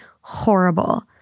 horrible